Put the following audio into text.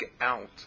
out